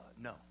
No